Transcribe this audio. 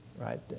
right